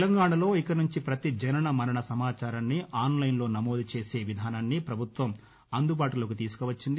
తెలంగాణలో ఇక నుంచి ప్రతి జనన మరణ సమాచారాన్ని ఆస్లైన్లో నమోదు చేసే విధానాన్ని పభుత్వం అందుబాటులోకి తీసుకొచ్చింది